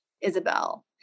isabel